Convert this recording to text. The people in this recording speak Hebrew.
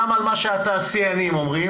גם על מה שהתעשיינים אומרים,